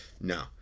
no